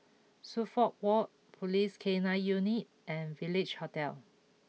Suffolk Walk Police K nine Unit and Village Hotel